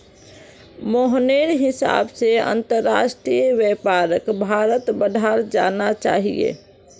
मोहनेर हिसाब से अंतरराष्ट्रीय व्यापारक भारत्त बढ़ाल जाना चाहिए